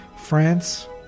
France